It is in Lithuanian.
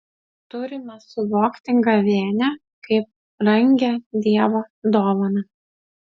turime suvokti gavėnią kaip brangią dievo dovaną